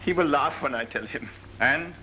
he will laugh when i tell him and